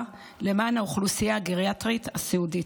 למען האוכלוסייה הגריאטרית הסיעודית.